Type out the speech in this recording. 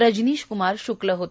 रजनीश कुमार शुक्ल होते